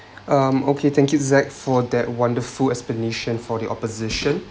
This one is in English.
um okay thank you zac for that wonderful explanation for the opposition